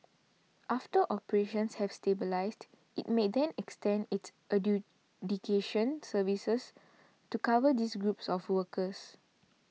after operations have stabilised it may then extend its adjudication services to cover these groups of workers